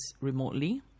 remotely